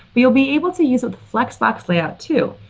but you'll be able to use a flexbox layout, too,